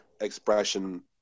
expression